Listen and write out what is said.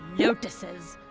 lotuses.